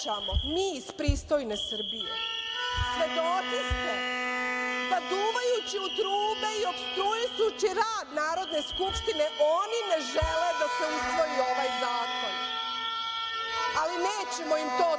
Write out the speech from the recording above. mi iz pristojne Srbije, svedoci ste da duvajući u trube i opstruišući rad Narodne skupštine oni ne žele da se usvoji ovaj zakon, ali nećemo im to dozvoliti.